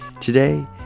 Today